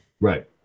Right